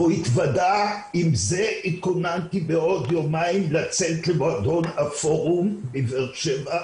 והוא התוודה עם זה התכוננתי בעוד יומיים לצאת למועדון הפורום בבאר שבע,